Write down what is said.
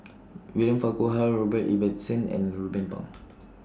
William Farquhar Robert Ibbetson and Ruben Pang